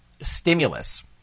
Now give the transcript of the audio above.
stimulus